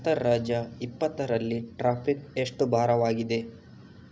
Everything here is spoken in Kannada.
ಅಂತರ್ರಾಜ್ಯ ಇಪ್ಪತ್ತರಲ್ಲಿ ಟ್ರಾಫಿಕ್ ಎಷ್ಟು ಭಾರವಾಗಿದೆ